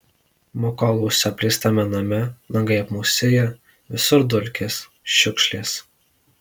mokoluose apleistame name langai apmūsiję visur dulkės šiukšlės